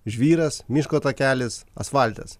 žvyras miško takelis asfaltas